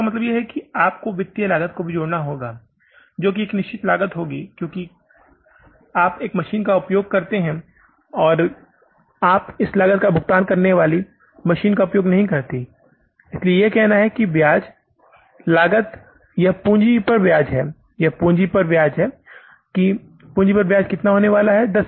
तो इसका मतलब है कि आपको वित्तीय लागत को भी जोड़ना होगा जो एक निश्चित लागत होगी क्योंकि क्या आप एक मशीन का उपयोग करते हैं क्या आप इस लागत का भुगतान करने वाली मशीन का उपयोग नहीं करते हैं इसलिए यह कहना है कि ब्याज लागत यह पूँजी पर ब्याज है यह पूँजी पर ब्याज है कि पूँजी पर कितना ब्याज होने वाला है